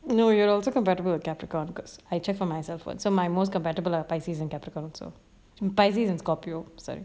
no you also conpatible with capricorn because I check for myself what so my most comfortable are pisces and capricon so pisces and scorpio sorry